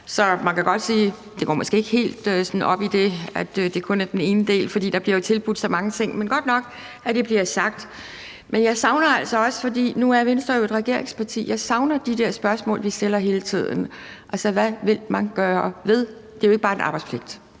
Så man kan godt sige, at det med, at det kun er den ene del, måske ikke helt går op. For der bliver jo tilbudt så mange ting, men det er godt nok, at det bliver sagt. Men jeg savner altså også noget. Nu er Venstre jo et regeringsparti, og jeg savner svar på de der spørgsmål, vi stiller hele tiden: Hvad vil man gøre ved det? Det er jo ikke bare en arbejdspligt.